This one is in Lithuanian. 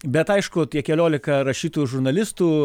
bet aišku tie keliolika rašytojų ir žurnalistų